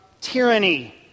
tyranny